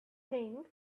think